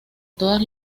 todas